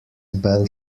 belt